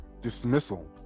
dismissal